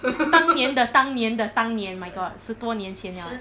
当年的当年的当年 my god 十多年前了